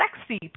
sexy